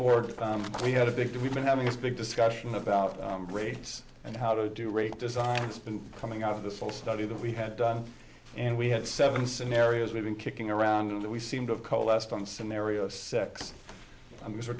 board we had a big day we've been having this big discussion about race and how do you rate design it's been coming out of this whole study that we had done and we had seven scenarios we've been kicking around and we seem to have coalesced on scenarios sex